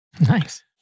Nice